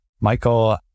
Michael